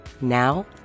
Now